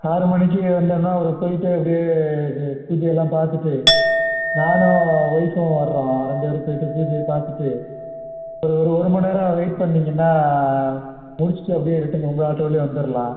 ஆறு மணிக்கு வந்தோன்னால் ஒரு போய்விட்டு அப்படியே இது பூஜையெல்லாம் பார்த்துட்டு நானும் ஒய்ஃபும் வர்றோம் ரெண்டு பேரும் போய்விட்டு பூஜையை பார்த்துட்டு ஒரு ஒரு ஒரு மணி நேரம் வெயிட் பண்ணீங்கன்னால் முடிச்சுட்டு அப்படியே ரிட்டன் உங்கள் ஆட்டோவுலேயே வந்துடலாம்